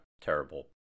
terrible